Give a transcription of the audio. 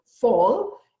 fall